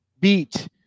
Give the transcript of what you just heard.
beat